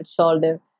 shoulder